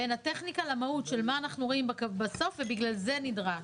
בין הטכניקה למהות של מה שאנחנו רואים בסוף ובגלל זה נדרש,